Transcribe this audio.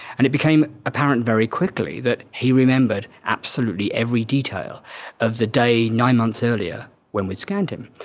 and it became apparent very quickly that he remembered absolutely every detail of the day nine months earlier when we scanned him.